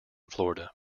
florida